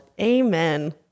Amen